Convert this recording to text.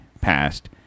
passed